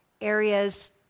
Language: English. areas